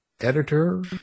editor